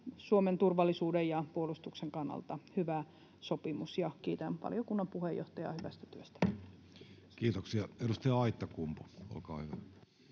Suomen turvallisuuden ja puolustuksen kannalta hyvä sopimus, ja kiitän valiokunnan puheenjohtajaa hyvästä työstä. Kiitoksia. — Edustaja Aittakumpu, olkaa hyvä.